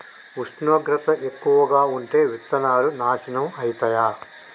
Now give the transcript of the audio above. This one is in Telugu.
ఉష్ణోగ్రత ఎక్కువగా ఉంటే విత్తనాలు నాశనం ఐతయా?